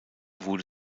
wurde